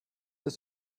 ist